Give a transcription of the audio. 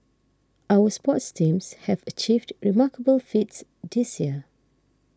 our sports teams have achieved remarkable feats this year